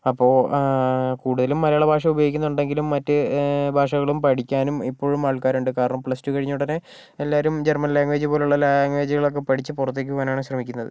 അപ്പോൾ കൂടുതലും മലയാള ഭാഷ ഉപയോഗിക്കുന്നുണ്ടെങ്കിലും മറ്റ് ഭാഷകളും പഠിക്കാനും ഇപ്പോഴും ആൾക്കാരുണ്ട് കാരണം പ്ലസ് ടു കഴിഞ്ഞ ഉടനെ എല്ലാവരും ജർമ്മൻ ലാംഗ്വേജ് പോലെയുള്ള ലാംഗ്വേജുകളൊക്കെ പഠിച്ച് പുറത്തേക്ക് പോകാനാണ് ശ്രമിക്കുന്നത്